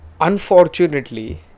Unfortunately